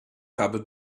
habe